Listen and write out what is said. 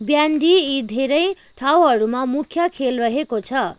bandy यी धेरै ठाउँहरूमा मुख्य खेल रहेको छ